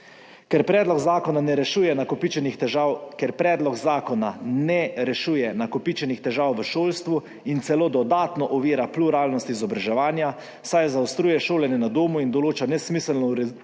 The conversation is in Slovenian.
Ker predlog zakona ne rešuje nakopičenih težav v šolstvu in celo dodatno ovira pluralnost izobraževanja, saj zaostruje šolanje na domu in določa nesmiselno ureditev